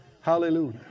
Hallelujah